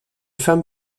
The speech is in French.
femmes